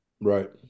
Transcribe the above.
Right